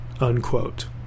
unquote